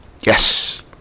Yes